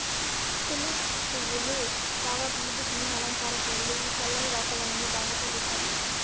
tulip పువ్వులు బాగా ప్రసిద్ది చెందిన అలంకార పువ్వులు, ఇవి చల్లని వాతావరణం లో బాగా పెరుగుతాయి